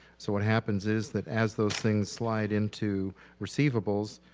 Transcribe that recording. so what happens is that as those things slide into receivables,